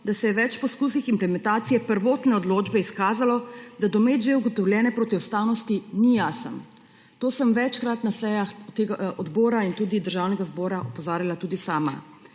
da se je več poskusnih implementacij prvotne odločbe izkazalo, da domet že ugotavljanje protiustavnosti ni jasen. Na to sem večkrat na sejah odbora in tudi Državnega zbora opozarjala tudi sama.